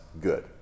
good